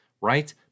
right